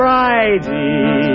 Friday